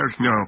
no